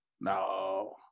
no